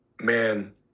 man